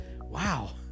Wow